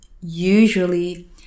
usually